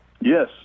Yes